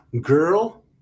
girl